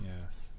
Yes